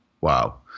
Wow